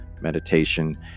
meditation